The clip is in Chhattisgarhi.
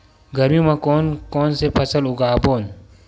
गरमी मा कोन कौन से फसल उगाबोन?